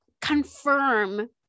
confirm